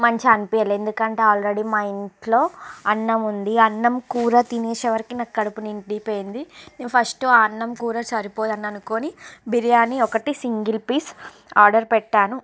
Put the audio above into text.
మంచిగ అనిపింలే ఎందుకంటే ఆల్రెడీ మా ఇంట్లో అన్నముంది అన్నం కూర తినేసే వరకి నాకు కడుపు నిండిపోయింది నేను ఫస్టు అన్నం కూర సరిపోయన్ననుకుని బిర్యానీ ఒకటి సింగిల్ పీస్ ఆర్డర్ పెట్టాను